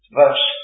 verse